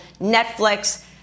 netflix